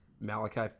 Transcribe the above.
Malachi